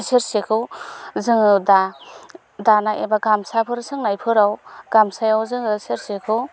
सेरसेखौ जोङो दा दानाय एबा गामसाफोर सोंनायफोराव गामसायाव जोङो सेरसेखौ